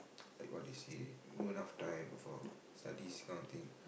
like what they say not enough time for studies kind of thing